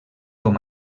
com